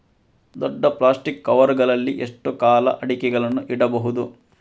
ದೊಡ್ಡ plastic cover ಗಳಲ್ಲಿ ಎಷ್ಟು ಕಾಲ ಅಡಿಕೆಗಳನ್ನು ಇಡಬಹುದು?